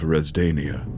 Resdania